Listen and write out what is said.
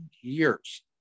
years